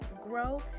grow